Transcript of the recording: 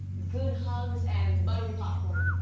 good hugs, and buttery popcorn.